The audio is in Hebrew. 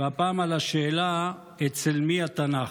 והפעם על השאלה אצל מי התנ"ך.